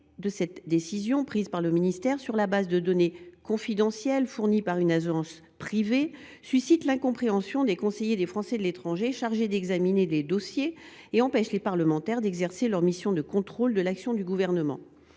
L’opacité de cette décision, prise par le ministère sur la base de données confidentielles fournies par une agence privée, suscite l’incompréhension des conseillers des Français de l’étranger chargés d’examiner les dossiers et empêche les parlementaires d’exercer leur mission de contrôle de l’action du Gouvernement.